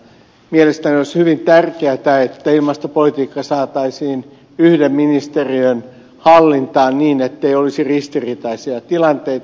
mielestäni olisi hyvin tärkeätä että ilmastopolitiikka saataisiin yhden ministeriön hallintaan niin ettei olisi ristiriitaisia tilanteita